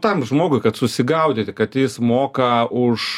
tam žmogui kad susigaudyti kad jis moka už